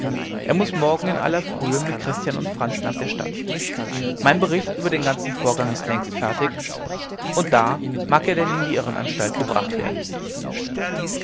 er muß morgen in aller frühe mit christian und franz nach der stadt mein bericht über den ganzen vorgang ist längst fertig und da mag er denn in die irrenanstalt gebracht werden